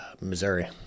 Missouri